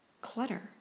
clutter